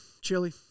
Chili